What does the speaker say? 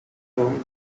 long